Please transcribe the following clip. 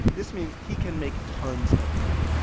this means he can make tons of money.